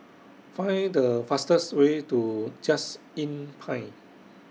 Find The fastest Way to Just Inn Pine